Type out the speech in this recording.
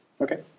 Okay